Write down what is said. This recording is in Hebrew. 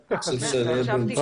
אז אני חושב שנהיה במצוקה כפולה.